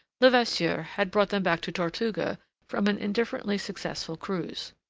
levasseur had brought them back to tortuga from an indifferently successful cruise.